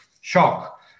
shock